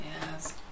Yes